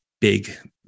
big